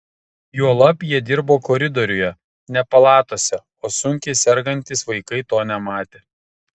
juolab jie dirbo koridoriuje ne palatose o sunkiai sergantys vaikai to nematė